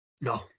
No